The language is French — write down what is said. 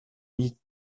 mis